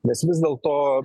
nes vis dėl to